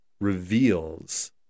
reveals